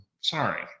sorry